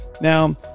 Now